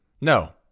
no